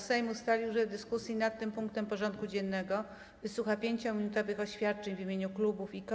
Sejm ustalił, że w dyskusji nad tym punktem porządku dziennego wysłucha 5-minutowych oświadczeń w imieniu klubów i koła.